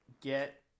get